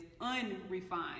unrefined